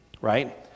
Right